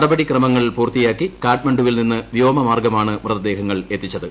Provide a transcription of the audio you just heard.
നടപടിക്രമങ്ങൾ പൂർത്തിയാക്കി കാഠ്മണ്ഡുവിൽ നിന്ന് വ്യോമമാർഗ്ഗമാണ് മൃതദേഹങ്ങൾ എത്തിച്ചത്